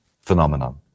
phenomenon